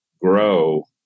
grow